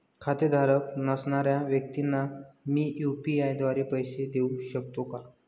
खातेधारक नसणाऱ्या व्यक्तींना मी यू.पी.आय द्वारे पैसे देऊ शकतो का?